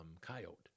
coyote